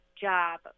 job